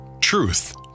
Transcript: Truth